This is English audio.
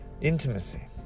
intimacy